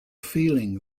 feeling